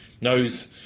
knows